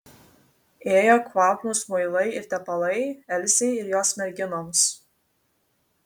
ėjo kvapnūs muilai ir tepalai elzei ir jos merginoms